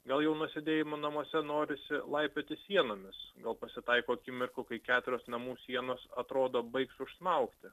gal jau nuo sėdėjimo namuose norisi laipioti sienomis gal pasitaiko akimirkų kai keturios namų sienos atrodo baigs užsmaugti